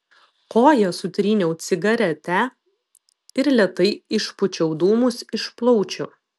koja sutryniau cigaretę ir lėtai išpūčiau dūmus iš plaučių